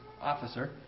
officer